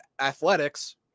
athletics